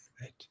Right